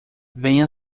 venha